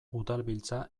udalbiltza